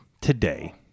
today